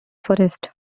forest